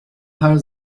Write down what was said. her